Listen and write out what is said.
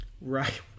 right